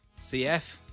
CF